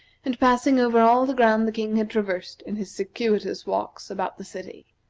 and passing over all the ground the king had traversed in his circuitous walks about the city.